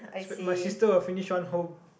my sister will finish one whole